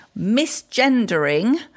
misgendering